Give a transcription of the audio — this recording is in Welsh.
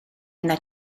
yna